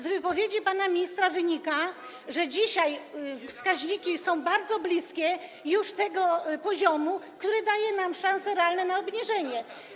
Z wypowiedzi pana ministra wynika, że dzisiaj wskaźniki są już bardzo blisko tego poziomu, który daje nam realne szanse na obniżenie.